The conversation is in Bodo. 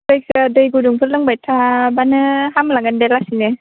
जायखिजाया दै गुदुंफोर लोंबाय थाब्लानो हामलांगोन दे लासैनो